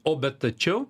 o bet tačiau